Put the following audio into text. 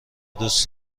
دوست